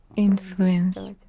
influence.